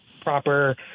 proper